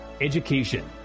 education